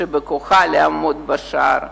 שבכוחה לעמוד בשער.